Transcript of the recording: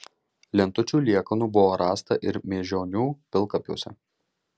lentučių liekanų buvo rasta ir mėžionių pilkapiuose